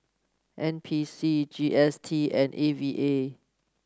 N P C G S T and A V A